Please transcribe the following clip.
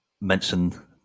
mention